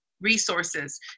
resources